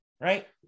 right